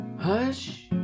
Hush